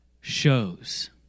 shows